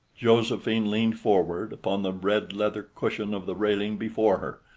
josephine leaned forward upon the red leather cushion of the railing before her,